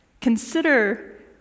consider